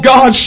God